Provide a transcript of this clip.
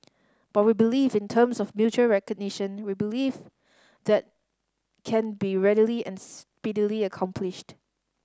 but we believe in terms of mutual recognition we believe that can be readily and speedily accomplished